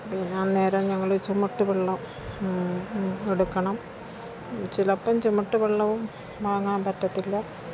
പിന്നന്നേരം ഞങ്ങ ചുമട്ട് വെള്ളം എടുക്കണം ചിലപ്പം ചുമട്ട് വെള്ളവും വാങ്ങാന് പറ്റത്തില്ല